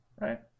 right